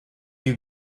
you